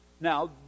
Now